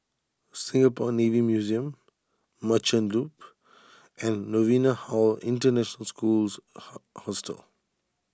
Singapore Navy Museum Merchant Loop and Novena Hall International Schools how Hostel